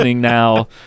now